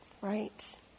Right